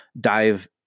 dive